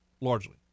largely